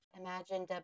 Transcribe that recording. Imagine